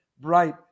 bright